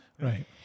right